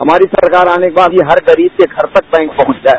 हमारी सरकार आने के बाद हर गरीब के घर पर बैंक पहुंचा है